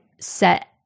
set